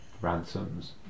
ransoms